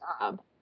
job